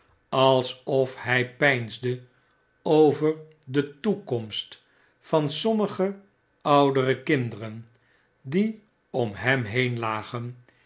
alsof hflpeinsde over de toekomst van sommige oudere kinderen die om hem heen lagen